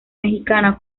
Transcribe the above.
mexicana